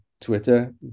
twitter